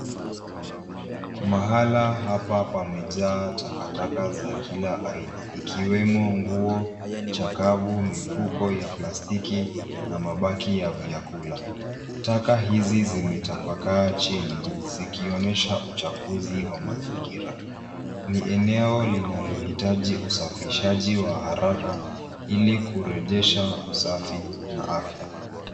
Mahala hapa pamejaa takataka za kila aina ikiwemo nguo chakavu, mifuko ya plastiki na mabaki ya vyakula. Taka hizi zimetapakaa chini zikionyesha uchafuzi wa mazingira. Ni eneo linalohitaji usafishaji wa haraka ili kurejesha usafi na afya.